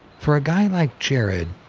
for a guy like jared,